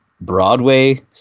Broadway